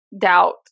doubt